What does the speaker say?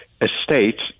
estate